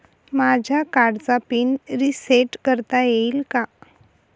माझ्या कार्डचा pin reset करता येईल का?